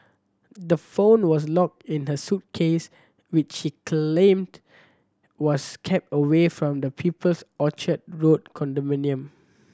the phone was locked in the suitcase which she claim was kept away from the people's Orchard Road condominium